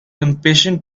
impatient